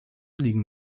liegen